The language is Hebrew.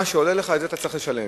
מה שעולה לך, את זה אתה צריך לשלם.